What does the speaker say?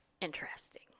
Interesting